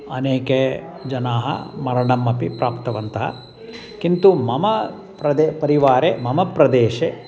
अनेके जनाः मरणम् अपि प्राप्तवन्तः किन्तु मम प्रदेशे परिवारे मम प्रदेशे